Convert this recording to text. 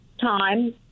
time